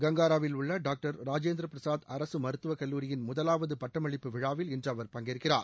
கங்காராவில் உள்ள டாக்டர் ராஜேந்திர பிரசாத் அரசு மருத்துவக் கல்லூரியின் முதலாவது பட்டமளிப்பு விழாவில் இன்று அவர் பங்கேற்கிறார்